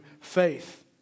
faith